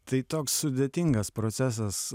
tai toks sudėtingas procesas